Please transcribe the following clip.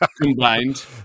combined